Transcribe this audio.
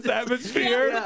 atmosphere